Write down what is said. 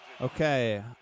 Okay